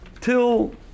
till